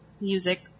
music